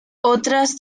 otras